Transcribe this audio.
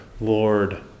Lord